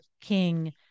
King